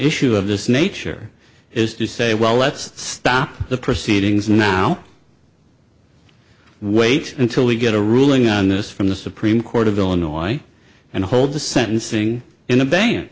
issue of this nature is to say well let's stop the proceedings now wait until we get a ruling on this from the supreme court of illinois and hold the sentencing in the band